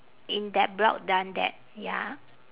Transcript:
in that block done that ya